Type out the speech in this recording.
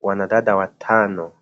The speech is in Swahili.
Wanadada watano